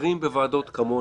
חברים בוועדות כמוני,